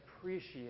appreciate